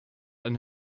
and